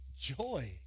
joy